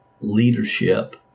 leadership